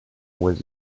was